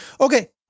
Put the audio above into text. Okay